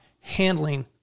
handling